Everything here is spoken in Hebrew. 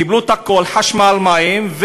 קיבלו את הכול, חשמל, מים,